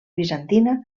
bizantina